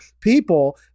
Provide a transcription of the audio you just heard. people